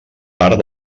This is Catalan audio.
part